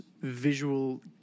visual